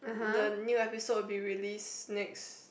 the new episode will be release next